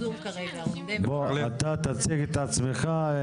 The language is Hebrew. בוא קודם אתה תציג את עצמך.